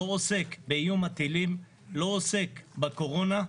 לא עוסק באיום הטילים, לא עוסק בקורונה,